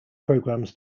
programs